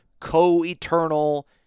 co-eternal